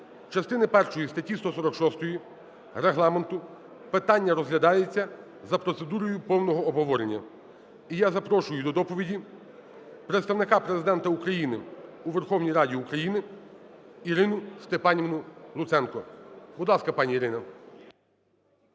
частини першої статті 146 Регламенту питання розглядається за процедурою повного обговорення. І я запрошую до доповіді Представника Президента України у Верховній Раді України Ірину Степанівну Луценко. Будь ласка, пані Ірина.